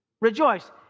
Rejoice